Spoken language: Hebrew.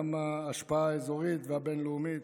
גם ההשפעה האזורית והבין-לאומית,